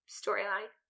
storyline